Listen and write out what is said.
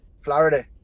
Florida